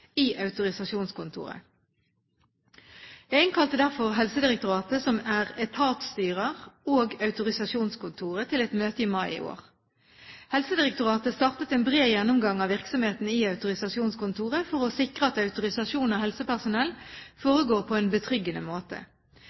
i autorisasjonskontoret. Jeg innkalte derfor Helsedirektoratet, som er etatsstyrer, og autorisasjonskontoret til et møte i mai i år. Helsedirektoratet startet en bred gjennomgang av virksomheten i autorisasjonskontoret for å sikre at autorisasjon av helsepersonell foregår på en betryggende måte.